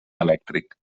elèctric